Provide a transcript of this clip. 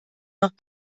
noch